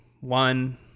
one